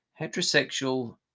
heterosexual